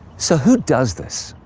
so who does this?